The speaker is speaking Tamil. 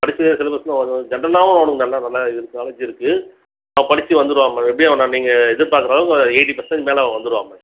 படிப்பு சிலபஸ்ஸு இதாகவும் ஜென்ரலாகவும் அவனுக்கு நல்லா நல்லா இது நாலேட்ஜ் இருக்குது அவன் படித்து வந்துடுவான் மேடம் எப்படியும் அவன் நீங்கள் எதிர்ப்பார்க்குற அளவுக்கு எய்ட்டி பர்சன்டேஜுக்கு மேலே அவன் வந்துடுவான் மேம்